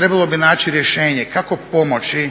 trebalo bi naći rješenje kako pomoći